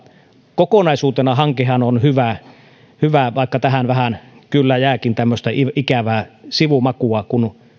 kokonaisuutena hankehan on hyvä vaikka tähän vähän kyllä jääkin tämmöistä ikävää sivumakua kun